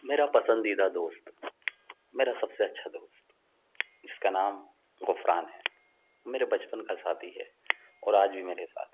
میرا پسندیدہ دوست میرا سب سے اچھا دوست جس کا نام غفران ہے میرے بچپن کا ساتھی ہے اور آج بھی میرے ساتھ ہے